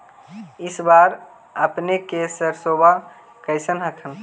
इस बार अपने के सरसोबा कैसन हकन?